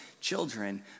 children